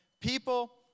people